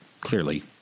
Clearly